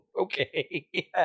Okay